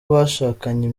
bashakanye